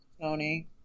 Tony